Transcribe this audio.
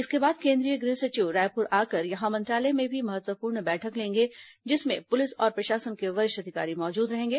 इसके बाद केन्द्रीय गृह सचिव रायपुर आकर यहां मंत्रालय में भी महत्वपूर्ण बैठक लेंगे जिसमें पुलिस और प्रशासन के वरिष्ठ अधिकारी मौजूद रहेंगे